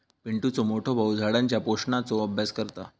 पिंटुचो मोठो भाऊ झाडांच्या पोषणाचो अभ्यास करता